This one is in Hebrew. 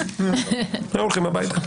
לא הולכים הביתה?